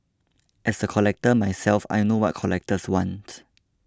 as a collector myself I know what collectors wants